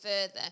further